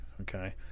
okay